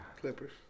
Clippers